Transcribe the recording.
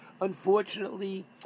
Unfortunately